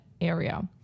area